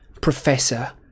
Professor